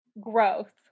growth